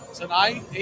tonight